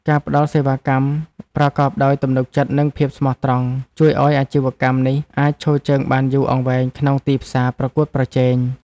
ការផ្ដល់សេវាកម្មប្រកបដោយទំនុកចិត្តនិងភាពស្មោះត្រង់ជួយឱ្យអាជីវកម្មនេះអាចឈរជើងបានយូរអង្វែងក្នុងទីផ្សារប្រកួតប្រជែង។